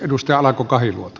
arvoisa puhemies